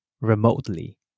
remotely